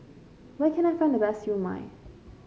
where can I find the best Siew Mai